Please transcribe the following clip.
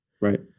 Right